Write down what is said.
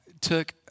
took